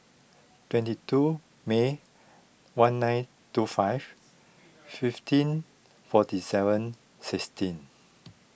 twenty two May one nine two five fifteen forty seven sixteen